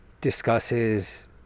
discusses